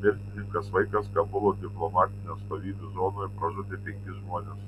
mirtininkas vaikas kabulo diplomatinių atstovybių zonoje pražudė penkis žmones